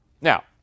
Now